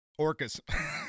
Orcas